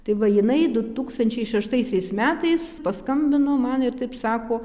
tai va jinai du tūkstančiai šeštaisiais metais paskambino man ir taip sako